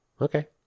Okay